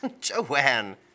Joanne